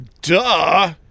Duh